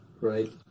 Right